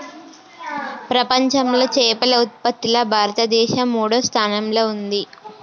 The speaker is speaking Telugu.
ప్రపంచంలా చేపల ఉత్పత్తిలా భారతదేశం మూడో స్థానంలా ఉంది